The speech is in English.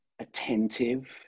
attentive